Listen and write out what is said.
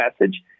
message